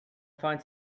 find